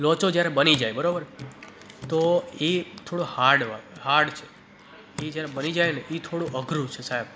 લોચો જયારે બની જાય બરાબર તો એ થોડો હાર્ડ હોય હાર્ડ છે ે જયારે બની જાય ને તો એ થોડું અઘરું છે સાહેબ